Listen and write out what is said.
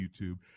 YouTube